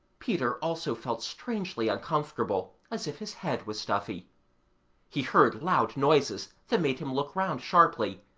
peter also felt strangely uncomfortable, as if his head was stuffy he heard loud noises that made him look round sharply,